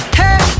hey